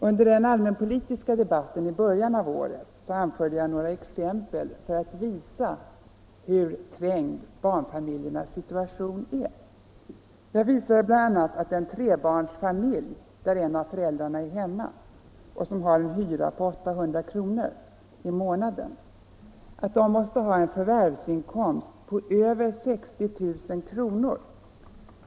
Under den allmänpolitiska debatten i början av året anförde jag några exempel för att visa hur trängd barnfamiljernas situation är. Jag visade bl.a. att en trebarnsfamilj där en av föräldrarna är hemma och som har en hyra på 800 kr. i månaden måste ha en förvärvsinkomst på över 60 000 kr.